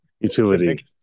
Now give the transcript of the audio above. utility